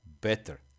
better